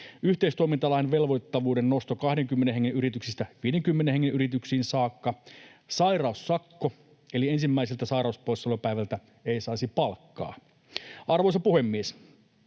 yhteistoimintalain velvoittavuuden nosto 20 hengen yrityksistä 50 hengen yrityksiin saakka; ja sairaussakko, eli ensimmäiseltä sairauspoissaolopäivältä ei saisi palkkaa. Arvoisa puhemies!